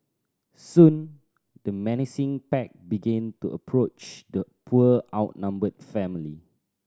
soon the menacing pack began to approach the poor outnumbered family